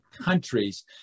countries